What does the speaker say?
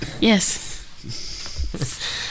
yes